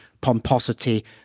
pomposity